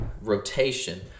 rotation